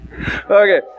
Okay